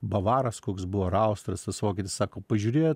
bavaras koks buvo ar austras tas vokietis sako pažiūrėjo